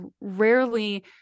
rarely